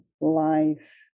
life